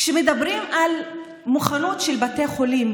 כשמדברים על המוכנות של בתי חולים